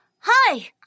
Hi